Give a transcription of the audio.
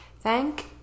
Thank